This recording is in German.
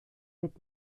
wird